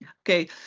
Okay